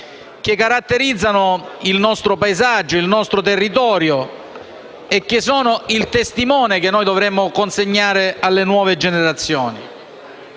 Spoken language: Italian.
che caratterizzano il nostro paesaggio, il nostro territorio e che sono il testimone che dovremmo consegnare alle nuove generazioni.